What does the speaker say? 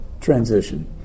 transition